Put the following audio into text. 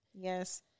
Yes